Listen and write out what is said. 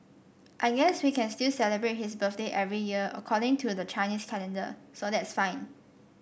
I guess we can still celebrate his birthday every year according to the Chinese calendar so that's fine